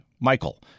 Michael